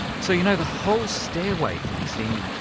so you know the whole stairway thing seemed,